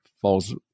falls